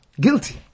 guilty